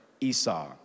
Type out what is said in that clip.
Esau